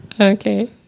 Okay